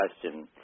question